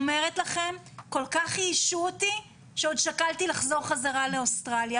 כל כך ייאשו אותי ששקלתי לחזור חזרה לאוסטרליה,